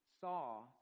saw